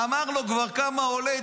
אמר לו כבר כמה עולה,